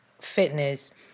fitness